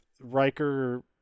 Riker